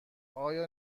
آیا